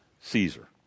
Caesar